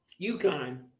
UConn